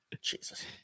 Jesus